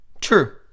True